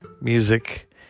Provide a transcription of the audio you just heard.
music